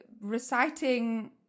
reciting